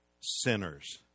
sinners